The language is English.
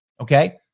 Okay